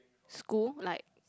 school like